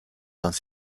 dans